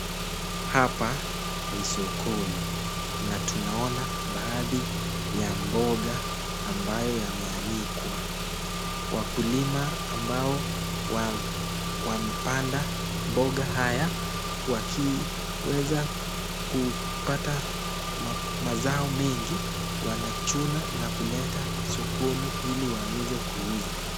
Hapa ni sokoni na tunaona pahadi ya mboga amayo imeanikwa, wakulima ambao wamepanga mboga haya wakiwesa kupata mazao mingi wanajuna na kuleta sokoni hili waweze kuuza.